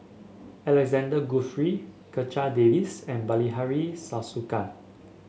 Alexander Guthrie Checha Davies and Bilahari Kausikan